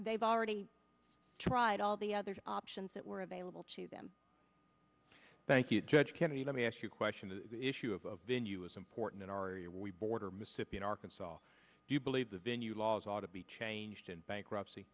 they've already tried all the other options that were available to them thank you judge kennedy let me ask you question the issue of venue is important in our area we border mississippi in arkansas do you believe the venue laws ought to be changed in bankruptcy